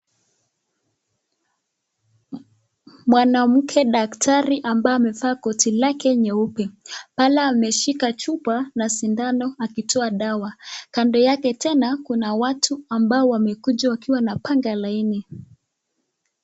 Mwanamke daktari ambaye amevaa koti lake nyeupe. Pale ameshika chupa na sindano akitoa dawa. Kando yake tena kuna watu ambao wamekuja wakiwa wanapanga laini.